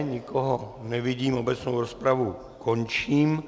Nikoho nevidím, obecnou rozpravu končím.